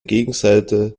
gegenseite